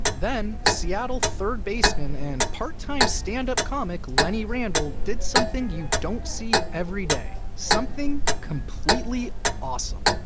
then, seattle third baseman and part-time stand-up comic lenny randle did something you don't see every day, something completely awesome.